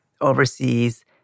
overseas